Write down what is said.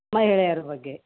ಮಹಿಳೆಯರ ಬಗ್ಗೆ